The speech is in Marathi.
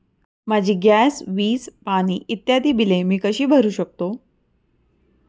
माझी गॅस, वीज, पाणी इत्यादि बिले मी कशी भरु शकतो?